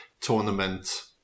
tournament